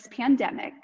pandemic